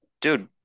Dude